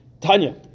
Tanya